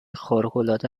خارقالعاده